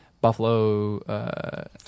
buffalo